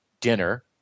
dinner